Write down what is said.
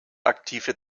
aktive